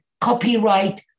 copyright